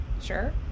sure